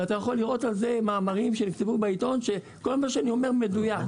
ואתה יכול לראות מאמרים שנכתבו בעיתון שכל מה שאני אומר מדויק.